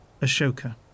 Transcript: Ashoka